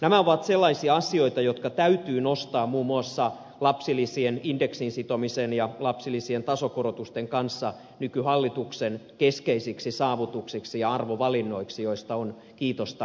nämä ovat sellaisia asioita jotka täytyy nostaa muun muassa lapsilisien indeksiin sitomisen ja lapsilisien tasokorotusten kanssa nykyhallituksen keskeisiksi saavutuksiksi ja arvovalinnoiksi joista on kiitosta annettava